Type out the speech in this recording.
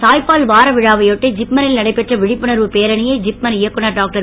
தாய்ப்பால் வார விழாவையொட்டி ஜிப்மரில் நடைபெற்ற விழிப்புணர்வு பேரணியை ஜிப்மர் இயக்குநர் டாக்டர்